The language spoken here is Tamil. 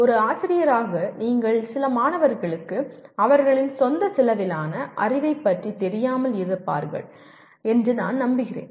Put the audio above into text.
ஒரு ஆசிரியராக நீங்கள் சில மாணவர்களுக்கு அவர்களின் சொந்த அளவிலான அறிவைப் பற்றி தெரியாமல் இருந்திருப்பீர்கள் என்று நான் நம்புகிறேன்